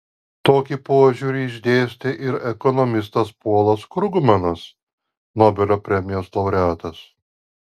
tokį požiūrį išdėstė ir ekonomistas polas krugmanas nobelio premijos laureatas